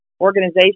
organization